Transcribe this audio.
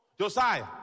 Josiah